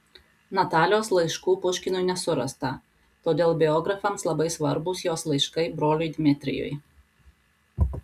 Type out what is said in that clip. natalijos laiškų puškinui nesurasta todėl biografams labai svarbūs jos laiškai broliui dmitrijui